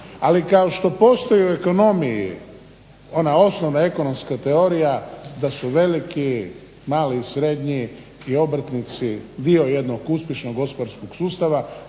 ali kao što postoji u ekonomiji ona osnovna ekonomska teorija da su veliki, mali i srednji i obrtnici dio jednog uspješnog gospodarskog sustava,